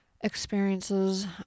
experiences